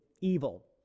evil